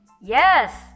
Yes